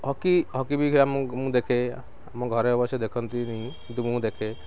hockey hockey ମୁଁ ଦେଖେ ଆମ ଘରେ ଅବଶ୍ୟ ଦେଖନ୍ତିନି ମୁଁ ଦେଖେ